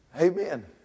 Amen